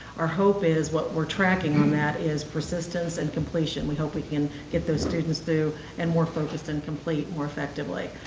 our hope is what we're tracking on that is persistence and completion. we hope we can get those students through and more focused and complete more effectively.